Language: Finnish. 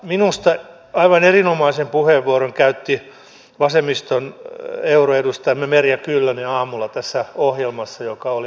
minusta aivan erinomaisen puheenvuoron käytti vasemmiston euroedustajamme merja kyllönen aamulla tässä ohjelmassa joka oli aamu tvssä